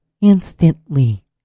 instantly